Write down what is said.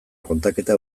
kontaketa